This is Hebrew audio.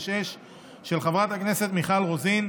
פ/596/24, של חברת הכנסת מיכל רוזין,